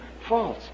false